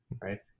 right